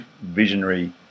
visionary